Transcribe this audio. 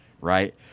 right